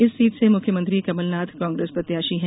इस सीट से मुख्यमंत्री कमलनाथ कांग्रेस प्रत्याशी हैं